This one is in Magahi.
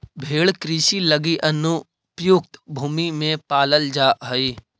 भेंड़ कृषि लगी अनुपयुक्त भूमि में पालल जा हइ